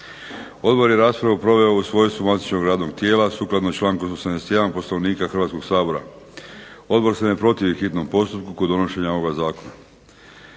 Odbor je raspravu proveo u svojstvu matičnog radnog tijela sukladno članku 81. Poslovnika Hrvatskog sabora. Odbor se ne protivi hitnom postupku kod donošenja ovoga zakona.